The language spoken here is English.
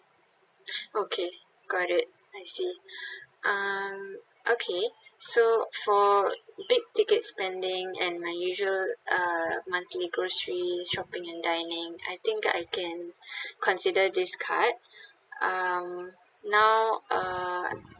okay got it I see um okay so for big ticket spending and my usual err monthly grocery shopping and dining I think that I can consider this card um now uh